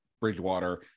Bridgewater